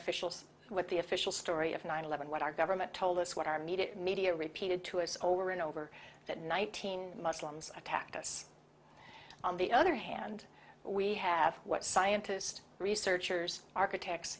officials what the official story of nine eleven what our government told us what our media media repeated to us over and over that nineteen muslims attacked us on the other hand we have what scientist researchers architects